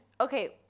okay